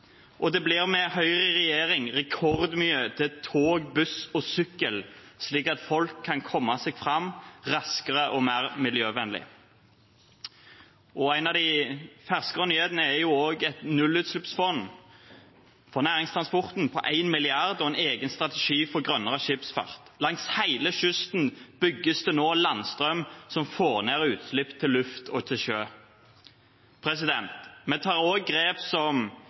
og det blir med Høyre i regjering rekordmye til tog, buss og sykkel, slik at folk kan komme seg fram raskere og mer miljøvennlig. En av de ferskere nyhetene er et nullutslippsfond for næringstransporten på 1 mrd. kr og en egen strategi for grønnere skipsfart. Langs hele kysten bygges det nå landstrøm som får ned utslipp til luft og til sjø. Vi tar også grep som